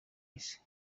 isi